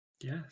Yes